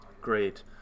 Great